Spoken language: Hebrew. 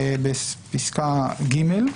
בפסקה (ג).